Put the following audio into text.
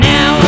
Now